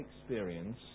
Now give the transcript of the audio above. experience